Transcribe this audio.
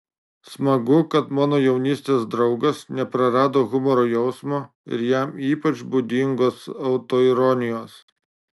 smagu kad mano jaunystės draugas neprarado humoro jausmo ir jam ypač būdingos autoironijos